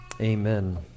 Amen